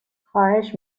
خواهش